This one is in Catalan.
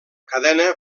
cadena